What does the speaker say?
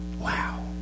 Wow